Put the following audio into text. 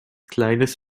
kleines